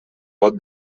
pot